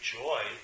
joy